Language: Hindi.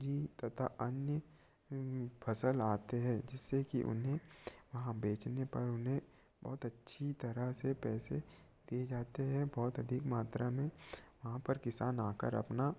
सब्ज़ी तथा अन्य फ़सल आती हैं जिससे कि उन्हें वहाँ बेचने पर उन्हें बहुत अच्छी तरह से पैसे दिए जाते है बहुत अधिक मात्रा में वहाँ पर किसान आ कर अपना